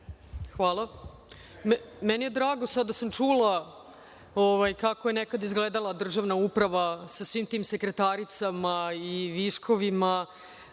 Hvala. Meni je drago sada da sam čula kako je nekada izgledala državna uprava, sa svim tim sekretaricama i viškovima.